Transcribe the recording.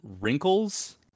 wrinkles